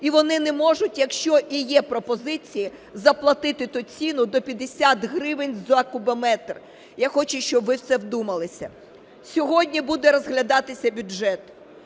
і вони не можуть, якщо і є пропозиції, заплатити ту ціну - до 50 гривень за кубометр. Я хочу, щоб ви в це вдумалися. Сьогодні буде розглядатися бюджет.